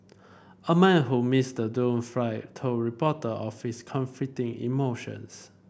a man who missed the doomed flight told reporter of his conflicting emotions